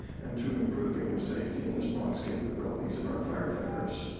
and to improving the safety and response capabilities of our firefighters.